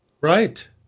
Right